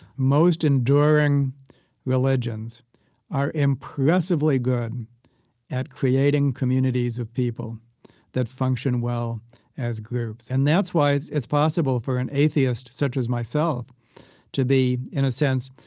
most enduring religions are impressively good at creating communities of people that function well as groups. and that's why it's it's possible for an atheist such as myself to be, in a sense,